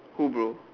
cool bro